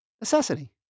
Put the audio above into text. necessity